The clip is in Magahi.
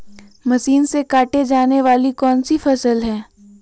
मशीन से काटे जाने वाली कौन सी फसल है?